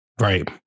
Right